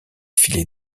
filets